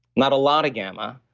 not a lot of gamma,